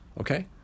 okay